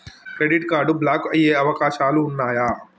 Credit card block అయ్యే అవకాశాలు ఉన్నయా?